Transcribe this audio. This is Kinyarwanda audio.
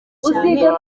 cyane